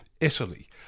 Italy